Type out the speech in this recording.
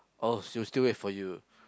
oh she will still wait for you